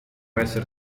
essere